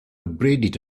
abraded